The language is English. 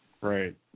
Right